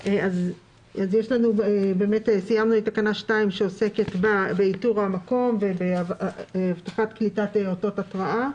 סיימנו את תקנה 2 שעוסקת באיתור המקום ובהבטחת קליטת אותות התרעה.